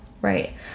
Right